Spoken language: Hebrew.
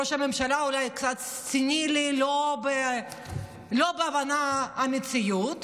אם ראש הממשלה אולי קצת סנילי בהבנת המציאות